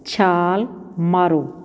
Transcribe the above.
ਛਾਲ ਮਾਰੋ